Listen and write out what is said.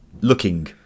looking